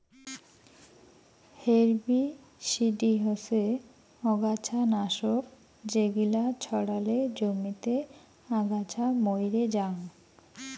herbicide হসে অগাছা নাশক যেগিলা ছড়ালে জমিতে আগাছা মইরে জাং